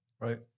Right